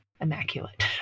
immaculate